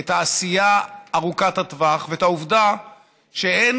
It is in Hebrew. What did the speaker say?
את העשייה ארוכת הטווח ואת העובדה שאין